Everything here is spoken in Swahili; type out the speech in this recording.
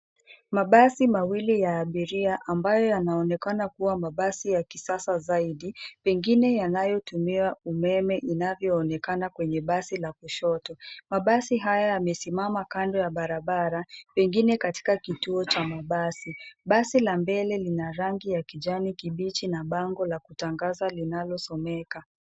Mabasi mawili ya abiria ambayo yanaonekana kuwa mabasi ya kisasa zaidi, pengine yanayotumia umeme inavyoonekana kwenye basi la kushoto. Mabasi haya yamesimama kando ya barabara, pengine katika kituo cha mabasi. Basi la mbele lina rangi ya kijani kibichi na bango la kutangaza linalosomeka.